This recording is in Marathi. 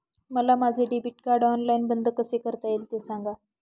मला माझे डेबिट कार्ड ऑनलाईन बंद कसे करता येईल, ते सांगा